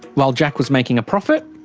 while jack was making a profit,